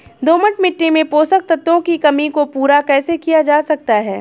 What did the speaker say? दोमट मिट्टी में पोषक तत्वों की कमी को पूरा कैसे किया जा सकता है?